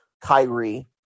Kyrie